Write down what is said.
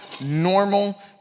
normal